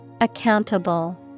Accountable